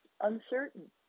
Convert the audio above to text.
uncertain